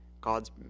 God's